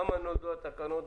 למה נולדו התקנות?